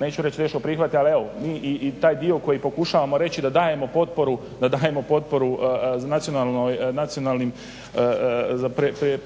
neću reći nećemo prihvatit ali evo mi i taj dio koji pokušavamo reći da dajemo potporu nacionalnim